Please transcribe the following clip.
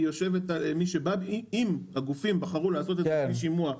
אם הגופים בחרו לעשות את זה בלי שימוע,